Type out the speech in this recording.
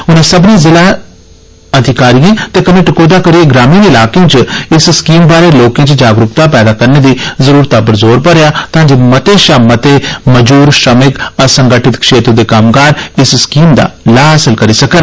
उनें सब्बने ज़िलें टकोह्दा करियै ग्रामीण इलाकें च इस स्कीम बारे लोकें च जागरूकता पैदा करने दी जरूरतै पर जोर भरेआ तां जे मते शा मते मजूर श्रमिक असंगठित क्षेत्र दे कम्मगार इस स्कीम दा लाह् हासल करी सकन